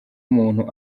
umuntu